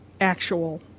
actual